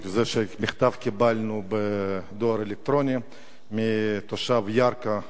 מכתב שקיבלנו בדואר אלקטרוני מתושב ירכא,